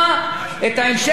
שיכולה להיות התרסקות.